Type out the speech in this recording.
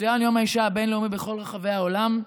מצוין יום האישה הבין-לאומי בכל רחבי העולם.